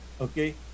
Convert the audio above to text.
Okay